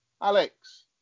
Alex